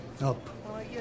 Up